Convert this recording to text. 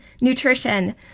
nutrition